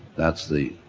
that's the